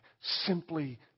simply